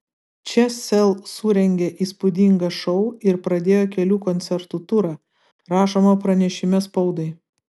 čia sel surengė įspūdingą šou ir pradėjo kelių koncertų turą rašoma pranešime spaudai